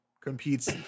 competes